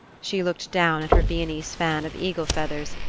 she looked down at her viennese fan of eagle feathers,